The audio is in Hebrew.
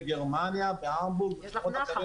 אני מוכר לפרויקטים בגרמניה, בהמבורג --- בעולם.